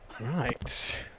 right